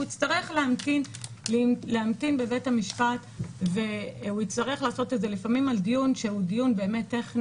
הוא יצטרך להמתין בבית המשפט ולפעמים לעשות את זה על דיון טכני,